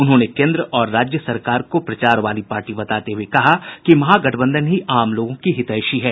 उन्होंने केन्द्र और राज्य सरकार को प्रचार वाली पार्टी बताते हुए कहा कि महागठबंधन ही आम लोगों की हितैषी है